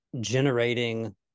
generating